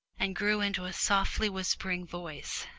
and grew into a softly-whispering voice,